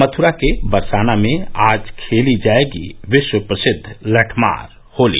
मथ्रा के बरसाना में आज खेली जायेगी विश्व प्रसिद्ध लट्ठमार होली